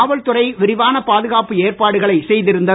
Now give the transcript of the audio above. காவல்துறை விரிவான பாதுகாப்பு ஏற்பாடுகளை செய்திருந்தது